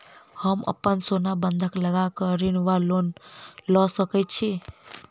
हम अप्पन सोना बंधक लगा कऽ ऋण वा लोन लऽ सकै छी?